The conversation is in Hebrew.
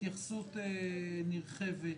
התייחסות נרחבת,